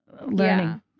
learning